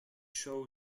show